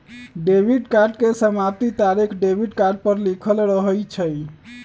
debit card के समाप्ति तारिख डेबिट कार्ड पर लिखल रहइ छै